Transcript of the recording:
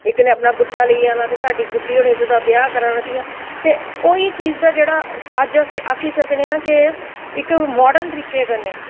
इक्क नै साढ़ा गुड्डा लेई जाना ते गुड्डे गुड्डी दा ब्याह् कराना इं'या ते ओह् एह् चीज़ दा जेह्ड़ा अज्ज अस आक्खी सकने आं के इक्क मॉर्डन तरीके कन्नै